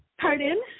Pardon